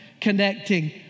connecting